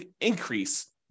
increase